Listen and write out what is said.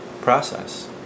process